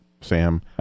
Sam